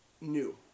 new